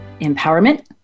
empowerment